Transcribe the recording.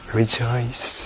rejoice